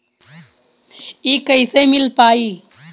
इ कईसे मिल पाई?